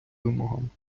вимогам